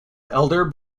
elder